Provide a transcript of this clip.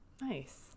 nice